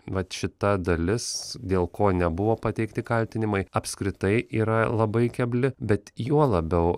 vat šita dalis dėl ko nebuvo pateikti kaltinimai apskritai yra labai kebli bet juo labiau